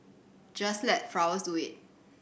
just let flowers do it